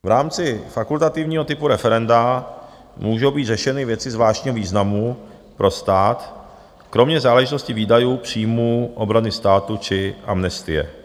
V rámci fakultativního typu referenda můžou být řešeny věci zvláštního významu pro stát, kromě záležitostí výdajů, příjmů, obrany státu či amnestie.